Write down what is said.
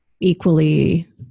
equally